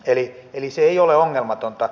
eli se ei ole ongelmatonta